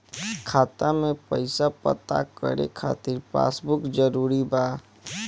खाता में पईसा पता करे के खातिर पासबुक जरूरी बा?